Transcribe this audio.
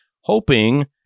hoping